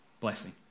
blessing